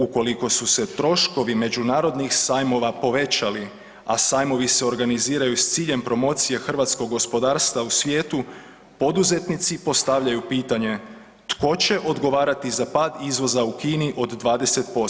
Ukoliko su se troškovi međunarodnih sajmova povećali, a sajmovi se organiziraju sa ciljem promocije hrvatskog gospodarstva u svijetu poduzetnici postavljaju pitanje tko će odgovarati za pad izvoza u Kini od 20%